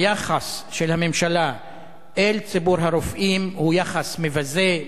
היחס של הממשלה אל ציבור הרופאים הוא יחס מבזה,